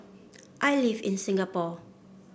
I live in Singapore